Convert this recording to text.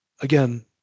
again